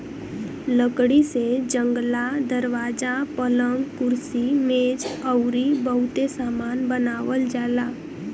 लकड़ी से जंगला, दरवाजा, पलंग, कुर्सी मेज अउरी बहुते सामान बनावल जाला